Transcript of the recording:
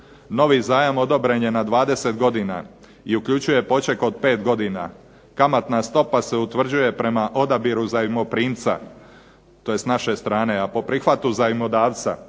Novi zajam odobren je na 20 godina i uključuje poček od 5 godina. Kamatna stopa se utvrđuje prema odabiru zajmoprimca, to je s naše strane, a po prihvatu zajmodavca